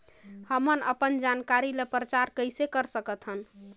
हमन अपन जानकारी ल प्रचार कइसे कर सकथन?